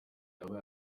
yaba